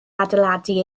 adeiladu